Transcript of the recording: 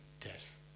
death